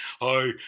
Hi